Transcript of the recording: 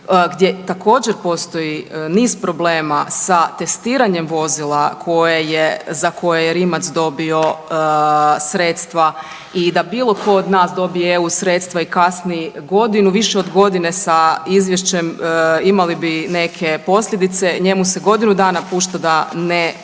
gdje također, postoji niz problema sa testiranjem vozila koje je, za koje je Rimac dobio sredstva i da bilo tko od nas dobije EU sredstva i kasni godinu, više od godine sa izvješćem, imali bi neke posljedice, njemu se godinu dana pušta da ne provede